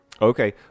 Okay